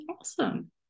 awesome